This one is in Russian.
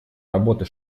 работа